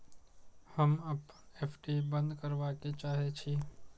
हम अपन एफ.डी बंद करबा के चाहे छी